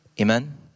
Amen